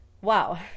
Wow